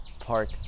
park